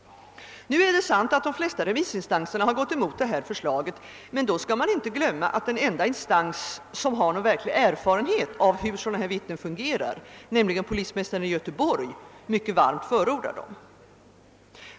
De flesta remissinstanser har visserligen gått emot förslaget, men då skall man inte glömma att den enda instans som har någon verklig erfarenhet av hur sådana vittnen fungerar, polismästaren i Göteborg, varmt förordar det.